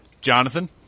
Jonathan